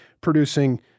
producing